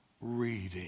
reading